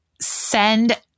send